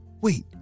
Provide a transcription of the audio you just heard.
Wait